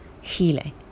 healing